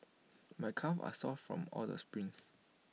my calves are sore from all the sprints